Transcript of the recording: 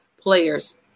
players